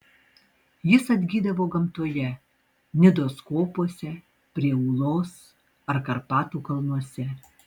jis atgydavo gamtoje nidos kopose prie ūlos ar karpatų kalnuose